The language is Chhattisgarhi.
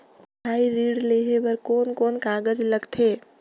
पढ़ाई ऋण लेहे बार कोन कोन कागज लगथे?